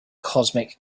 cosmic